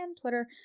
Twitter